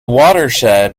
watershed